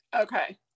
okay